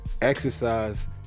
exercise